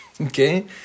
Okay